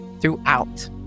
throughout